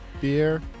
beer